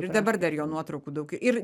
ir dabar dar jo nuotraukų daug ir